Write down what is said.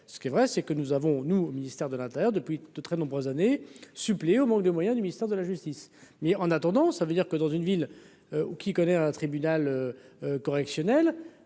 ce qui est vrai c'est que nous avons, nous, au ministère de l'Intérieur depuis de très nombreuses années suppléer au manque de moyens du ministère de la justice, mais en attendant, ça veut dire que dans une ville qui connaît un tribunal correctionnel,